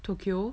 tokyo